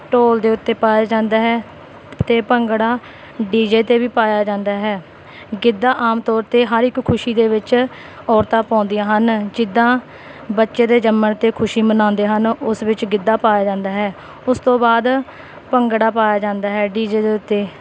ਢੋਲ ਦੇ ਉੱਤੇ ਪਾਇਆ ਜਾਂਦਾ ਹੈ ਅਤੇ ਭੰਗੜਾ ਡੀ ਜੇ 'ਤੇ ਵੀ ਪਾਇਆ ਜਾਂਦਾ ਹੈ ਗਿੱਧਾ ਆਮ ਤੌਰ 'ਤੇ ਹਰ ਇੱਕ ਖੁਸ਼ੀ ਦੇ ਵਿੱਚ ਔਰਤਾਂ ਪਾਉਂਦੀਆਂ ਹਨ ਜਿੱਦਾਂ ਬੱਚੇ ਦੇ ਜੰਮਣ 'ਤੇ ਖੁਸ਼ੀ ਮਨਾਉਂਦੇ ਹਨ ਉਸ ਵਿੱਚ ਗਿੱਧਾ ਪਾਇਆ ਜਾਂਦਾ ਹੈ ਉਸ ਤੋਂ ਬਾਅਦ ਭੰਗੜਾ ਪਾਇਆ ਜਾਂਦਾ ਹੈ ਡੀ ਜੇ ਦੇ ਉੱਤੇ